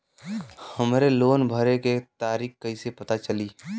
हमरे लोन भरे के तारीख कईसे पता चली?